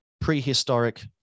prehistoric